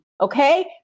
okay